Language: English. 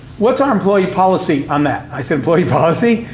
what's our employee policy on that? i said, employee policy?